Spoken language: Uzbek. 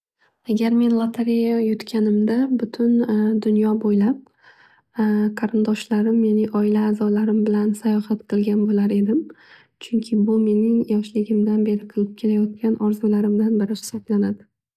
Agar men lotareya yutganimda butun dunyo bo'ylab qarindoshlarim yani oila azolarim bilan sayohat qilgan bo'lar edim. Chunki bu mening yoshligimdan beri qilib kelayotgan orzularimdan biri hisoblanadi.